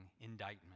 indictment